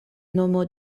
nomo